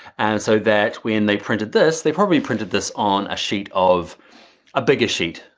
and so that when they printed this, they probably printed this on a sheet of a bigger sheet,